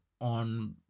on